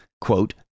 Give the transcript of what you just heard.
quote